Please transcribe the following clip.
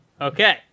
Okay